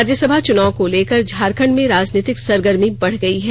राज्यसभा चूनाव को लेकर झारखंड में राजनीतिक सरगर्मी बढ़ गयी है